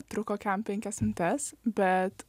truko kiam penkias minutes bet